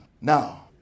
Now